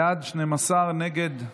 בעד, 12, נגד,